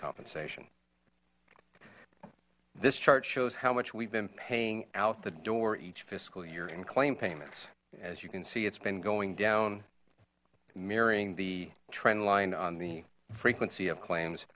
compensation this chart shows how much we've been paying out the door each fiscal year in claim payments as you can see it's been going down mirroring the trend line on the frequency of claims